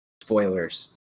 spoilers